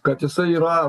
kad jisai yra